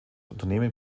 unternehmen